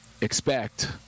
expect